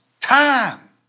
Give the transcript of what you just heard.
time